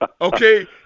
Okay